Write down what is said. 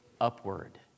upward